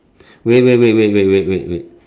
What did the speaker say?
wait wait wait wait wait wait wait